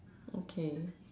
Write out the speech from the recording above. okay